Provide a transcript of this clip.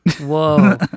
Whoa